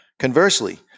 Conversely